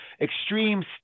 extreme